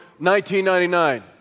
1999